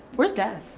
where's dad?